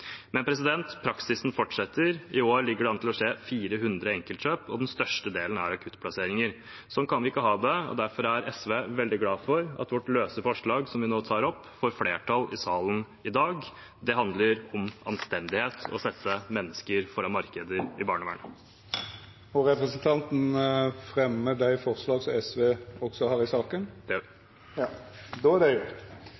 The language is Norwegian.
Men praksisen fortsetter. I år ligger det an til å bli 400 enkeltkjøp, og den største delen gjelder akuttplasseringer. Sånn kan vi ikke ha det. Derfor er SV veldig glad for at vårt løse forslag, som jeg nå tar opp, får flertall i salen i dag. Det handler om anstendighet, om å sette mennesker foran markeder i barnevernet. Jeg tar opp SVs forslag i saken. Representanten Freddy André Øvstegård har teke opp dei forslaga han refererte til. Det